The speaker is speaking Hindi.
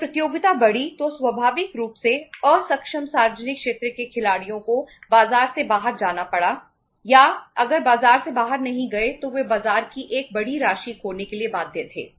जब प्रतियोगिता बढ़ी तो स्वाभाविक रूप से असक्षम सार्वजनिक क्षेत्र के खिलाड़ियों को बाजार से बाहर जाना पड़ा या अगर बाजार से बाहर नहीं गए तो वे बाजार की एक बड़ी राशि खोने के लिए बाध्य थे